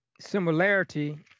similarity